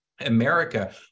America